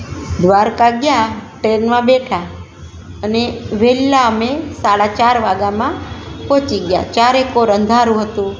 દ્વારકા ગયા ટ્રેનમાં બેઠાં અને વહેલાં અમે સાડા ચાર વાગ્યામાં પહોંચી ગયા ચારે કોર અંધારું હતું